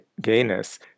gayness